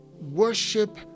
worship